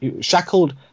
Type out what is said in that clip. shackled